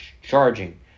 charging